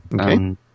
Okay